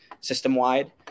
system-wide